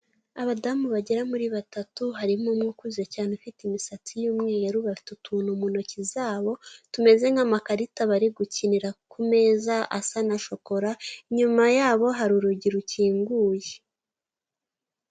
Abadamu bagera muri batatu harimo umwe ukuze cyane ufite imisatsi y'umweru, bafite utuntu mu ntoki zabo tumeze nk'amakarita bari gukinira ku meza asa na shokora, inyuma yabo hari urugi rukinguye.